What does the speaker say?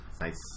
Nice